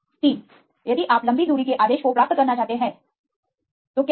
उदाहरण के लिए यदि आप लंबी दूरी के आदेश को प्राप्त करना चाहते हैं तो क्या है